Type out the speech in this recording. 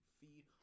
feed